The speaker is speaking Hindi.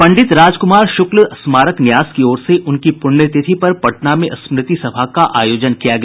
पंडित राजकुमार शुक्ल स्मारक न्यास की ओर से उनकी पुण्यतिथि पर पटना में स्मृति सभा का आयोजन किया गया